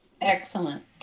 Excellent